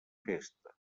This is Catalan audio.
festa